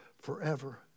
forever